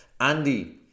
andy